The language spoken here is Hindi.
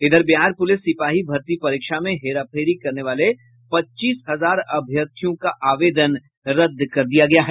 इधर बिहार पुलिस सिपाही भर्ती परीक्षा में हेराफेरी करने वाले पच्चीस हजार अभ्यर्थियों का आवेदन रद्द कर दिया गया है